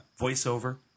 voiceover